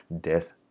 death